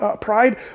pride